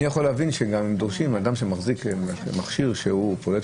אני יכול להבין שדורשים מאדם שמחזיק מכשיר שפולט